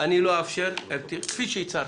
כפי שהצהרתי,